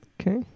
Okay